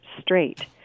straight